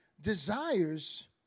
desires